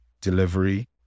delivery